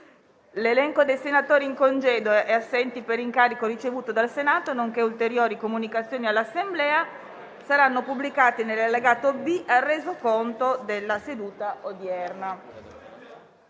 L'elenco dei senatori in congedo e assenti per incarico ricevuto dal Senato, nonché ulteriori comunicazioni all'Assemblea saranno pubblicati nell'allegato B al Resoconto della seduta odierna.